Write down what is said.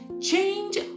Change